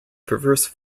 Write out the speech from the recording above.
perverse